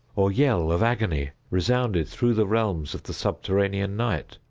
or yell of agony, resounded through the realms of the subterranean night.